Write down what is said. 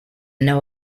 know